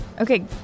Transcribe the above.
Okay